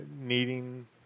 needing